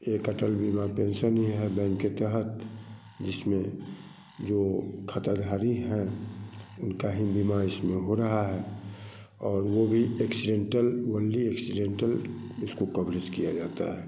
एक अटल बीमा पेंशन ही है बैंक के तहत जिसमें जो खाताधारी है उनका ही बीमा इसमें हो रहा है और वो भी एक्सीडेंटल ओनली एक्सीडेंटल उसको कवरेज किया जाता है